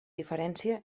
diferència